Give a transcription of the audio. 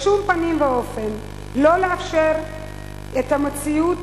בשום פנים ואופן לא לאפשר את המציאות